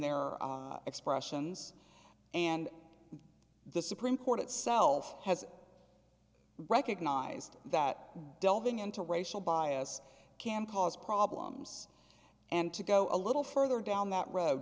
their expressions and the supreme court itself has recognised that delving into racial bias can cause problems and to go a little further down that road